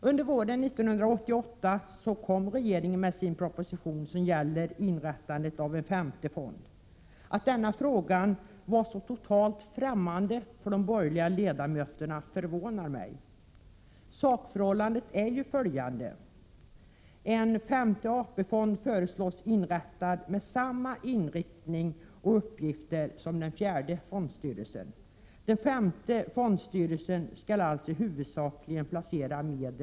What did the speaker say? Under våren 1988 kom regeringen med sin proposition, som gäller inrättandet av en femte fond. Att denna fråga var så totalt främmande för de borgerliga ledamöterna förvånar mig. Sakförhållandet är följande: En femte AP-fond föreslås inrättas med samma inriktning och uppgifter som den fjärde fondstyrelsen har. Den femte fondstyrelsen skall alltså i och en demokratisk omvälvning av hela samhället, i folkflertalets intresse.